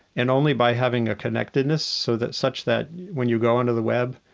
and only by having a connectedness so that such that when you go onto the web,